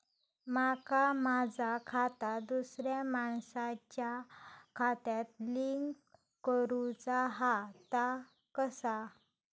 माका माझा खाता दुसऱ्या मानसाच्या खात्याक लिंक करूचा हा ता कसा?